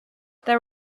there